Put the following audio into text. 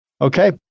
Okay